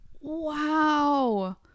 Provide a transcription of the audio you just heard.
Wow